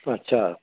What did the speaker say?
ਅੱਛਾ